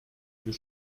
you